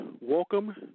Welcome